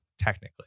technically